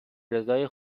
رضای